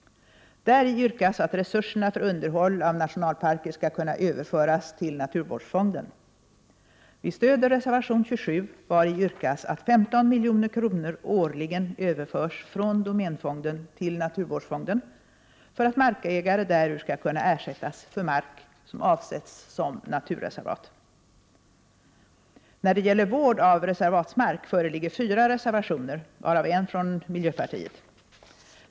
Däri yrkas att resurserna för underhåll av nationalparker skall kunna överföras till naturvårdsfonden. Vi stöder reservation 27, vari yrkas att 15 milj.kr. årligen överförs från domänfonden till naturvårdsfonden för att markägare därur skall kunna ersättas för mark som avsätts som naturreservat. När det gäller vård av reservatsmark föreligger fyra reservationer, varav en från miljöpartiet.